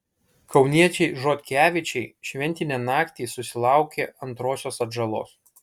kauniečiai žotkevičiai šventinę naktį susilaukė antrosios atžalos